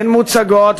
הן מוצגות,